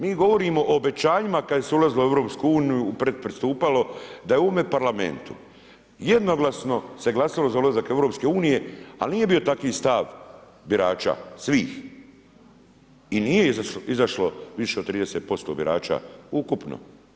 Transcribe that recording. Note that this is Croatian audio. Mi govorimo o obećanjima kad se ulazilo u EU, predpristupalo da je u ovome Parlamentu jednoglasno se glasalo za ulazak EU, ali nije bio takvi stav birača svih i nije ih izašlo više od 30% birača ukupno.